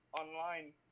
online